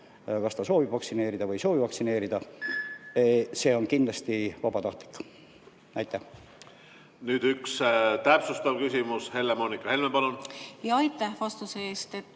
kas ta soovib vaktsineerida või ei soovi vaktsineerida. See on kindlasti vabatahtlik. Nüüd üks täpsustav küsimus. Helle-Moonika Helme, palun! Nüüd üks täpsustav